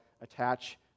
attach